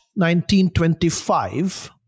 1925